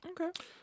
Okay